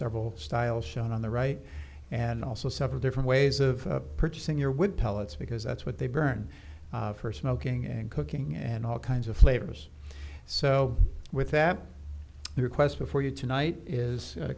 several styles shown on the right and also several different ways of purchasing your wood pellets because that's what they burn for smoking and cooking and all kinds of flavors so with that request before you tonight is a